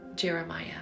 Jeremiah